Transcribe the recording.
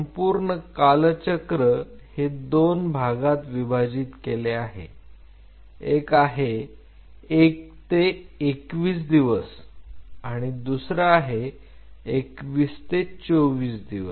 संपूर्ण कालचक्र हे दोन भागात विभाजित केले आहे एक आहे एक ते एकवीस दिवस आणि दुसरा आहे 21 ते 24 दिवस